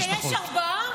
-- בוא הנה, כשיש ארבעה?